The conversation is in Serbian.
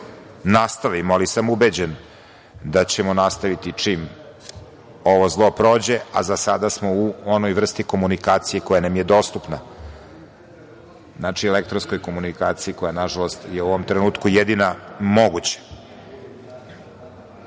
nastavimo, ali sam ubeđen da ćemo nastaviti čim ovo zlo prođe, a za sada smo u onoj vrsti komunikacije koja nam je dostupna, elektronskoj komunikaciji koja je u ovom trenutku jedina moguća. Šta